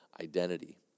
identity